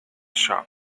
shop